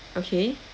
okay